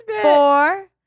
four